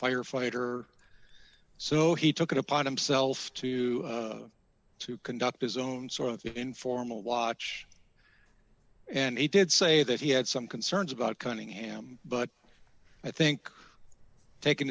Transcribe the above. firefighter so he took it upon himself to to conduct his own sort of informal watch and he did say that he had some concerns about cunningham but i think